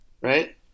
right